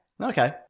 Okay